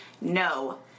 no